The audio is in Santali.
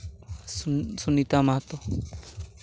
ᱥᱩᱱᱤᱛᱟ ᱢᱟᱦᱟᱛᱚ